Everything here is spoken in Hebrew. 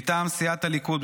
מטעם סיעת הליכוד,